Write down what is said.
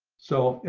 so, you